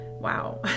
wow